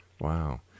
Wow